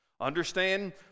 Understand